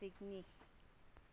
Sydney